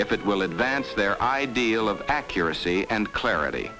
if it will advance their ideal of accuracy and clarity